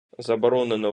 заборонено